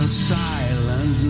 silent